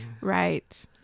Right